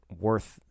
worth